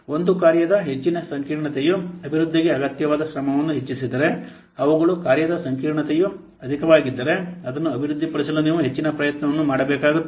ಒಂದು ಕಾರ್ಯದ ಹೆಚ್ಚಿನ ಸಂಕೀರ್ಣತೆಯು ಅಭಿವೃದ್ಧಿಗೆ ಅಗತ್ಯವಾದ ಶ್ರಮವನ್ನು ಹೆಚ್ಚಿಸಿದರೆ ಅವುಗಳು ಕಾರ್ಯದ ಸಂಕೀರ್ಣತೆಯು ಅಧಿಕವಾಗಿದ್ದರೆ ಅದನ್ನು ಅಭಿವೃದ್ಧಿಪಡಿಸಲು ನೀವು ಹೆಚ್ಚಿನ ಪ್ರಯತ್ನವನ್ನು ಮಾಡಬೇಕಾಗುತ್ತದೆ